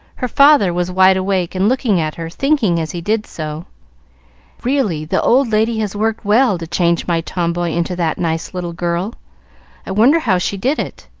her father was wide awake and looking at her, thinking, as he did so really the old lady has worked well to change my tomboy into that nice little girl i wonder how she did it.